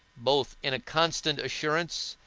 both in a constant assurance,